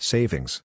Savings